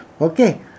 Okay